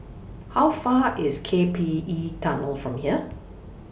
How Far IS K P E Tunnel from here